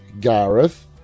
Gareth